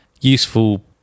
useful